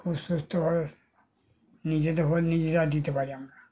খুব সুষ্ঠুভাবে নিজেদের ভোট নিজেরা দিতে পারি আমরা